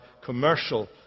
commercial